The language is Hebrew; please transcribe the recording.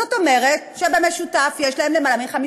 זאת אומרת שבמשותף יש להם יותר מ-50%.